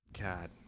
god